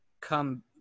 come